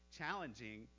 challenging